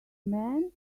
man